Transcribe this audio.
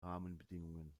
rahmenbedingungen